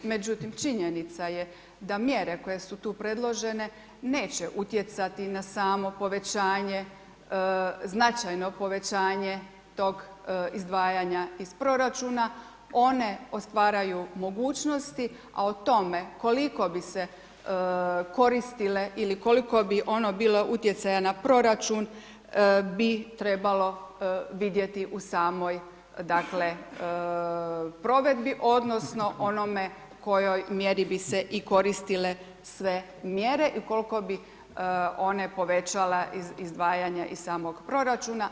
Međutim, činjenica je da mjere koje su tu predložene, neće utjecati na smo povećanje značajno povećanje tog izdvajanja iz proračuna, one otvaraju mogućnosti, a o tome koliko bi se koristile ili koliko bi ono bilo utjecaja na proračun, bi trebalo vidjeti u samoj provedbi, ond, onome kojoj mjeri bi se koristile sve mjere i koliko bi one povećale izdvajanje iz samog proračuna.